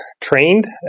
trained